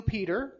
Peter